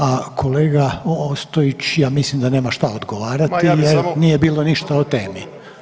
A kolega Ostojić ja mislim da nema šta odgovarati [[Upadica: Ma ja bi samo…]] jer nije bilo ništa o temi.